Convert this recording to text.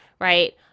right